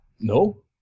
No